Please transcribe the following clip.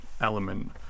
element